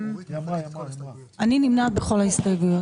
אני נמנעת בכל ההסתייגויות.